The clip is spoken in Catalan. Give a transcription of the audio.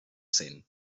cent